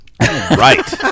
Right